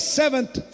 seventh